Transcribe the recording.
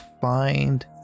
find